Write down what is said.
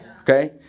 Okay